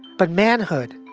but manhood,